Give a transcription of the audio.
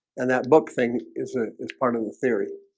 and that book thing is ah it's part of the theory